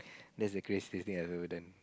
that's the craziest thing I have ever done